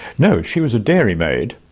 no, she was a dairymaid,